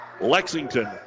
Lexington